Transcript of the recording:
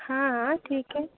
हाँ हाँ ठीक है